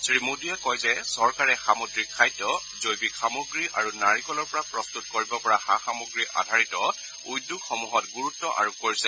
শ্ৰীমোদীয়ে কয় যে চৰকাৰে সামুদ্ৰিক খাদ্য জৈবিক সামগ্ৰী আৰু নাৰিকলৰ পৰা প্ৰস্তুত কৰিব পৰা সা সামগ্ৰী আধাৰিত উদ্যোগসমূহত গুৰুত্ব আৰোপ কৰিছে